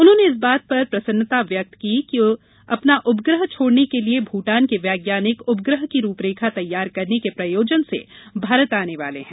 उन्होंने इस बात पर प्रसन्नता व्यक्त की कि अपना उपग्रह छोड़ने के लिए भूटान के वैज्ञानिक उपग्रह की रूपरेखा तैयार करने के प्रयोजन से भारत आने वाले हैं